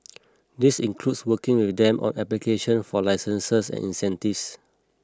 this includes working with them on application for licenses and incentives